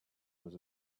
was